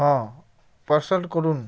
ହଁ ପାର୍ସଲ୍ କରୁନ୍